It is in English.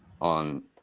on